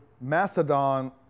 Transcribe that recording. Macedon